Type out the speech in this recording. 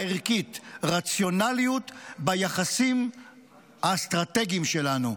הערכית, רציונליות ביחסים האסטרטגיים שלנו.